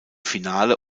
finale